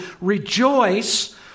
rejoice